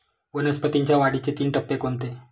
वनस्पतींच्या वाढीचे तीन टप्पे कोणते?